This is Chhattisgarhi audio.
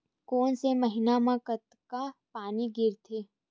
कोन से महीना म कतका पानी गिरथे?